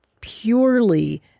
purely